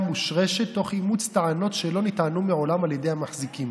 מושרשת תוך אימוץ טענות שלא נטענו מעולם על ידי המחזיקים,